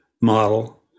model